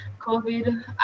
COVID